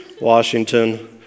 Washington